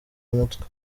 umutwe